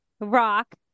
rock